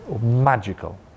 magical